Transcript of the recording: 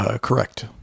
Correct